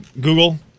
Google